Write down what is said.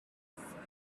fire